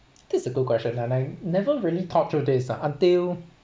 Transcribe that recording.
that's a good question and I never really thought through this ah until